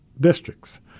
districts